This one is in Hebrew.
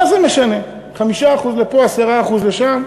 מה זה משנה, 5% לפה, 10% לשם.